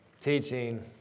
teaching